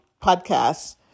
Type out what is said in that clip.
podcasts